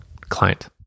client